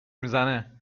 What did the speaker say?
میزنه